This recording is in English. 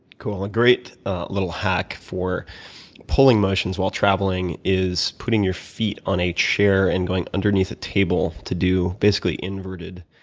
cool, a great little hack for pulling motions while traveling is putting your feet on a chair and going underneath the table to do, basically, inverted